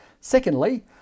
Secondly